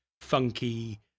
funky